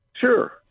Sure